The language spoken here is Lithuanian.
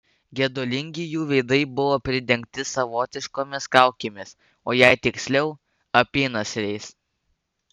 gedulingi jų veidai buvo pridengti savotiškomis kaukėmis o jei tiksliau apynasriais